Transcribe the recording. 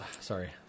Sorry